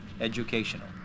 educational